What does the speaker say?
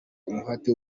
umuhate